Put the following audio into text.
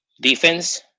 Defense